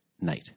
night